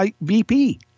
VP